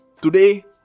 Today